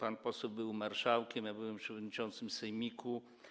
Pan poseł był marszałkiem, ja byłem przewodniczącym sejmiku.